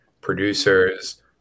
producers